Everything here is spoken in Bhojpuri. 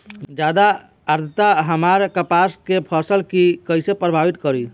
ज्यादा आद्रता हमार कपास के फसल कि कइसे प्रभावित करी?